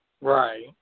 right